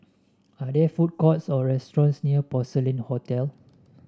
are there food courts or restaurants near Porcelain Hotel